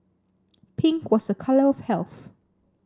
pink was a colour of health